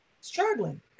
struggling